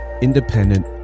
independent